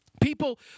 People